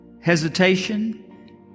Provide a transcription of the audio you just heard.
hesitation